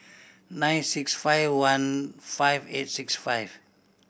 nine six five one five eight six five